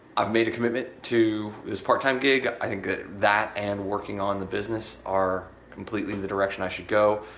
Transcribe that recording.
i've made a commitment to this part-time gig. i think that that and working on the business are completely the direction i should go.